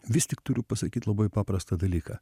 vis tik turiu pasakyt labai paprastą dalyką